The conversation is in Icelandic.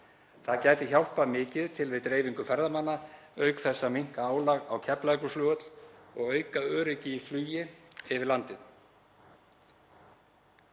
Það gæti hjálpað mikið til við dreifingu ferðamanna auk þess að minnka álag á Keflavíkurflugvelli og auka öryggi í flugi yfir landið.